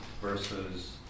versus